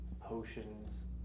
potions